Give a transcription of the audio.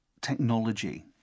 technology